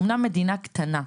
אמנם מדינה קטנה,